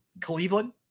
Cleveland